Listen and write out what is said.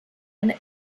and